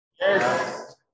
yes